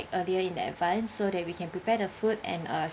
earlier in advance so that we can prepare the food and uh